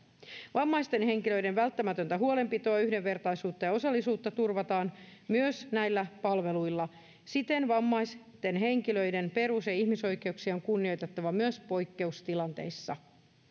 vammaisten henkilöiden välttämätöntä huolenpitoa yhdenvertaisuutta ja osallisuutta turvataan näillä palveluilla siten vammaisten henkilöiden perus ja ihmisoikeuksia on kunnioitettava myös poikkeustilanteissa